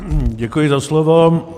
Děkuji za slovo.